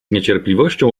niecierpliwością